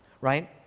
right